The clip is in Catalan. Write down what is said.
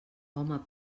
home